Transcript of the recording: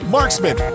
Marksman